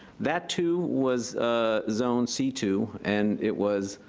that, too, was ah zoned c two and it was,